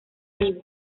vivo